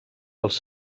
pels